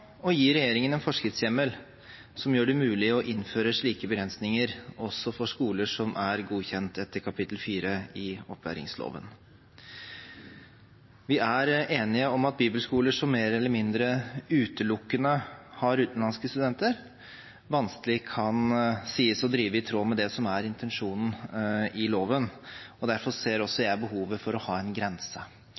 å gi regjeringen en forskriftshjemmel som gjør det mulig å innføre slike begrensninger, også for skoler som er godkjent etter kapittel 4 i opplæringsloven. Vi er enige om at bibelskoler som mer eller mindre utelukkende har utenlandske studenter, vanskelig kan sies å drive i tråd med det som er intensjonen i loven, og derfor ser også jeg behovet for å ha en grense.